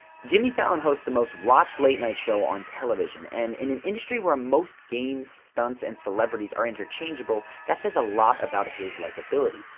jimmy fallon hosts the most watched late-night show on television and in an industry where most games, stunts and celebrities are interchangeable, that says a lot about his likability.